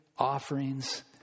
offerings